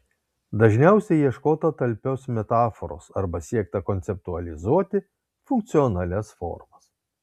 dažniausiai ieškota talpios metaforos arba siekta konceptualizuoti funkcionalias formas